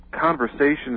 conversations